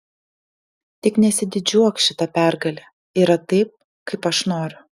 tik nesididžiuok šita pergale yra taip kaip aš noriu